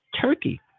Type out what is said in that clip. turkey